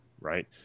right